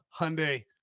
hyundai